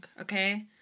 Okay